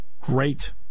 great